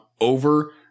Over